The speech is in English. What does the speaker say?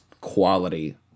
quality